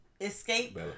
escape